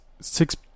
six